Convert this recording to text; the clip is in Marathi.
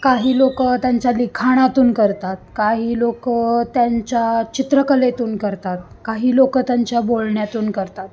काही लोक त्यांच्या लिखाणातून करतात काही लोक त्यांच्या चित्रकलेतून करतात काही लोक त्यांच्या बोलण्यातून करतात